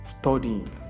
studying